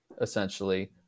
essentially